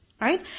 right